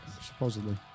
Supposedly